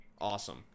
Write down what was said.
awesome